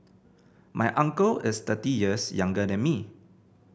my uncle is thirty years younger than me